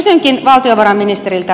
kysynkin valtiovarainministeriltä